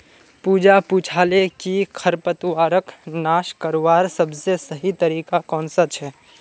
पूजा पूछाले कि खरपतवारक नाश करवार सबसे सही तरीका कौन सा छे